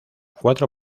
cuatro